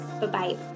Bye-bye